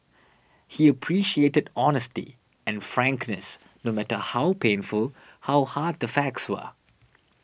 he appreciated honesty and frankness no matter how painful how hard the facts were